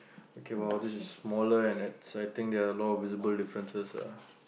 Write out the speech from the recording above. okay !wow! this is smaller and I s~ think there are lot of visible differences ah